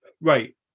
Right